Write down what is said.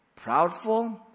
proudful